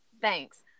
thanks